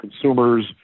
consumers